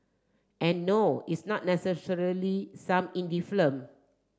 and no it's not necessarily some indie film